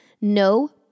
no